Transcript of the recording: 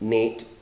Nate